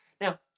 Now